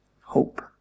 hope